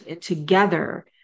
together